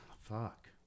Fuck